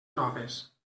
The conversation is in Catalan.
noves